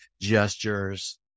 gestures